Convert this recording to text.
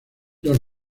los